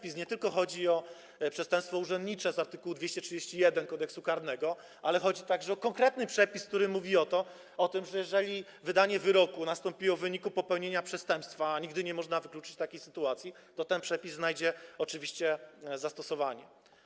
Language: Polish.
Chodzi nie tylko o przestępstwo urzędnicze z art. 231 Kodeksu karnego, ale także o konkretny przepis, który mówi o tym, że jeżeli wydanie wyroku nastąpiło w wyniku popełnienia przestępstwa, a nigdy nie można wykluczyć takiej sytuacji, to ten przepis oczywiście znajdzie zastosowanie.